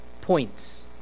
points